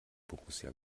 borussia